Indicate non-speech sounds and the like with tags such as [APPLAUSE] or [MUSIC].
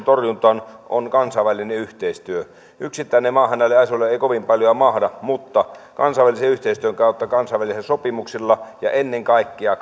[UNINTELLIGIBLE] torjuntaan on on kansainvälinen yhteistyö yksittäinen maahan näille asioille ei kovin paljon mahda mutta kansainvälisen yhteistyön kautta kansainvälisillä sopimuksilla ja ennen kaikkea [UNINTELLIGIBLE]